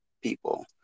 people